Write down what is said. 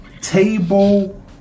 table